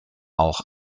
auch